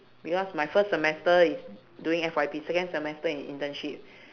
because my first semester is doing F_Y_P second semester in internship